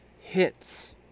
hits